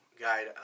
guide